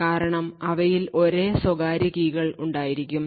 കാരണം അവയിൽ ഒരേ സ്വകാര്യ കീ ഉണ്ടായിരിക്കും